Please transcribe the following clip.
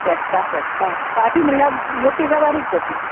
फेस्ता फेस्ता पाटी म्हणल्यार मोटी गा बारीक गो ती